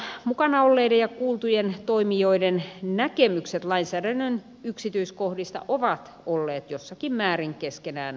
valmistelussa mukana olleiden ja kuultujen toimijoiden näkemykset lainsäädännön yksityiskohdista ovat olleet jossakin määrin ristiriitaisia keskenään